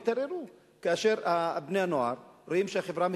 ותראו, כאשר בני-הנוער רואים שהחברה מתפתחת,